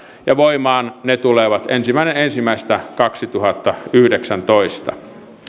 ja voimaan ne tulevat ensimmäinen ensimmäistä kaksituhattayhdeksäntoista